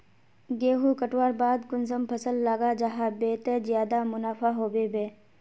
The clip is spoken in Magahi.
गेंहू कटवार बाद कुंसम फसल लगा जाहा बे ते ज्यादा मुनाफा होबे बे?